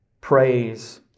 praise